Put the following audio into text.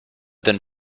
then